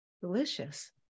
delicious